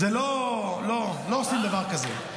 לא עושים דבר כזה.